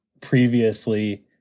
previously